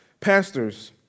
pastors